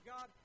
God